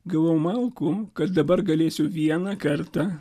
gavau malkų kad dabar galėsiu vieną kartą